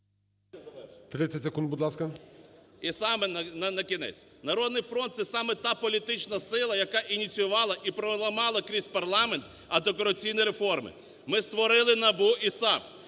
30 секунд, будь ласка. БУРБАК М.Ю. І саме накінець. "Народний фронт" це саме та політична сила, яка ініціювала і проламала крізь парламент антикорупційні реформи. Ми створили НАБУ і САП.